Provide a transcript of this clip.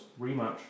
rematch